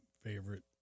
favorite